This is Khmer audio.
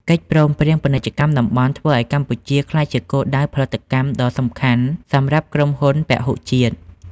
កិច្ចព្រមព្រៀងពាណិជ្ជកម្មតំបន់ធ្វើឱ្យកម្ពុជាក្លាយជាគោលដៅផលិតកម្មដ៏សំខាន់សម្រាប់ក្រុមហ៊ុនពហុជាតិ។